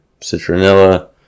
citronella